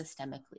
systemically